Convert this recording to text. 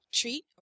treat